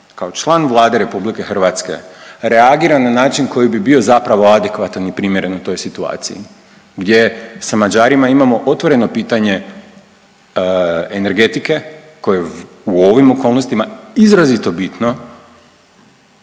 kao član Vlade RH reagira na način koji bi bio zapravo adekvatan i primjereno toj situaciji gdje sa Mađarima imamo otvoreno pitanje energetike koje je u ovim okolnostima izrazito bitno